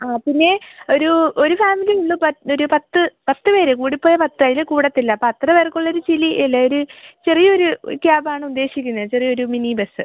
ആ പിന്നെ ഒരു ഒരു ഫാമിലി ഉള്ളൂ ഒരു പത്ത് പത്ത് പേര് കൂടി പോയാൽ പത്ത് അതിൽ കൂടില്ല അപ്പം അത്ര പേർക്കുള്ള ഒരു ചിലി അല്ലെങ്കിൽ ചെറിയ ഒരു ഒരു ക്യാബാണ് ഉദ്ദേശിക്കുന്നത് ചെറിയ ഒരു മിനി ബസ്സ്